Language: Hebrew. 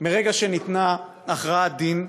מרגע שניתנה הכרעת-דין,